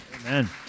Amen